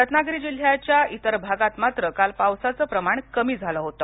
रत्नागिरी जिल्ह्याच्या इतर भागात मात्र काल पावसाचं प्रमाण कमी झालं होतं